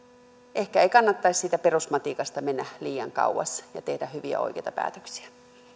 ehkä ei kannattaisi siitä perusmatikasta mennä liian kauas ja pitäisi tehdä hyviä ja oikeita päätöksiä